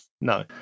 No